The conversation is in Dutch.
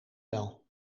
wel